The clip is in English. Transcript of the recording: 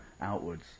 outwards